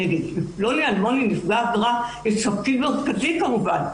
נפגע העבירה הוא לא התובע.